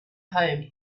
home